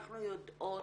אנחנו יודעות